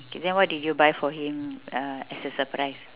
then what did you buy for him uh as a surprise